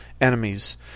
enemies